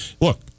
Look